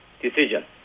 decision